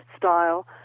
style